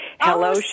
hello